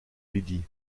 lydie